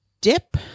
dip